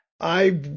I-